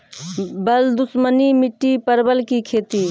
बल दुश्मनी मिट्टी परवल की खेती?